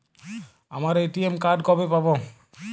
আমার ATM card কবে পাব?